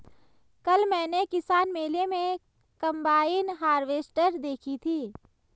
कल मैंने किसान मेले में कम्बाइन हार्वेसटर देखी थी